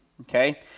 okay